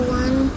one